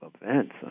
events